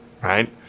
right